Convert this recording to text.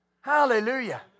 Hallelujah